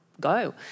go